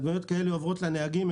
הדמיות כאלה עוברות לנהגים,